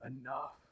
enough